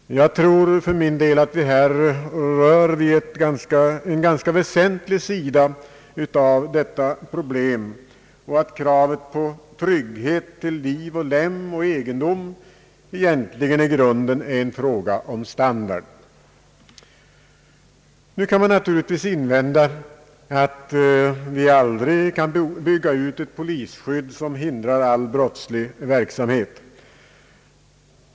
Jag tror för min del att vi här rör vid en ganska väsentlig sida av denna problematik och att kravet på trygghet till liv, lem och egendom egentligen är en fråga om standard. Nu kan man naturligtvis invända att det aldrig går att bygga ut ett så effektivt polisskydd att det hindrar all brottslig verksamhet.